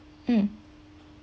mm